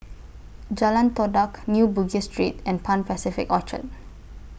Jalan Todak New Bugis Street and Pan Pacific Orchard